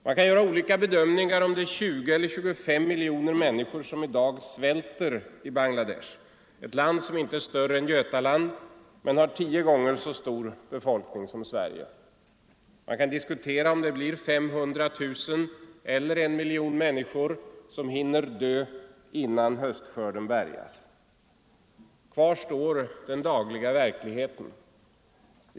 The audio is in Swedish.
Man kan göra olika bedömningar om det är 20 eller 25 miljoner människor som i dag svälter i Bangladesh, ett land som inte är större än Götaland men som har tio gånger så stor befolkning som Sverige. Man kan diskutera om det blir 500 000 eller en miljon människor som hinner dö innan höstskörden bärgas. Kvar står den dagliga verkligheten.